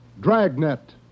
Dragnet